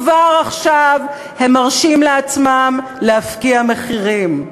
כבר עכשיו הם מרשים לעצמם להפקיע מחירים.